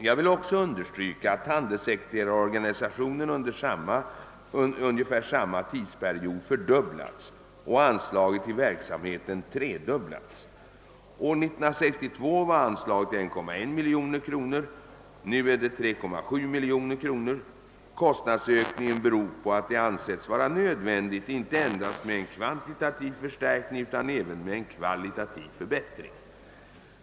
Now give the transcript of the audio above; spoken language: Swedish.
Jag vill också understryka att handelssekreterarorganisationen under ungefär samma tidsperiod har fördubblats och anslaget till den verksamheten tredubblats. År 1962 var anslaget 1,1 miljon kronor, nu är det 3,7 miljoner kronor. Kostnadsökningen beror på att det ansetts vara nödvändigt inte endast med en kvantitativ förstärkning utan även med en kvalitativ förbättring.